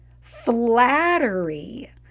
Flattery